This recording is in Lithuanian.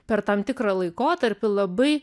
per tam tikrą laikotarpį labai